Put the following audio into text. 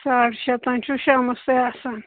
ساڈ شےٚ تام چھِو شامس تُہۍ آسان